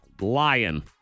lion